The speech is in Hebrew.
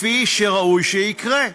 כפי שראוי שיקרה.